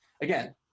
again